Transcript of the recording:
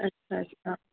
ਅੱਛਾ ਅੱਛਾ